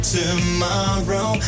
tomorrow